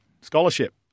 scholarship